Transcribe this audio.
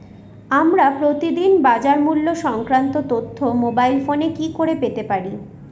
আমরা প্রতিদিন বাজার মূল্য সংক্রান্ত তথ্য মোবাইল ফোনে কি করে পেতে পারি?